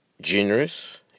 generous